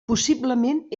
possiblement